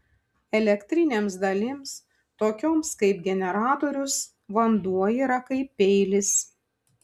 elektrinėms dalims tokioms kaip generatorius vanduo yra kaip peilis